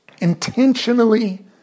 intentionally